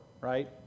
right